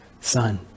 son